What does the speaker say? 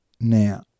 Now